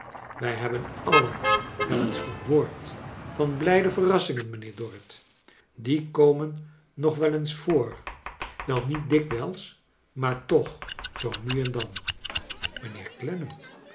wij hebben alien wel eens gehoord van blijde verrassingen mijnheer dorrit die komen nog wel eens voor wel niet dikwijls maar toch zoo nu en dan